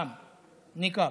ניקאב,